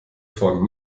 von